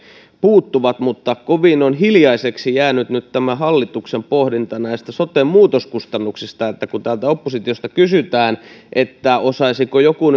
puuttuvat mutta kovin on hiljaiseksi jäänyt nyt hallituksen pohdinta näistä sote muutoskustannuksista kun täältä oppositiosta kysytään osaisiko joku